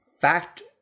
fact